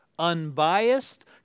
unbiased